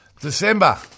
December